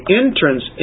entrance